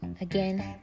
again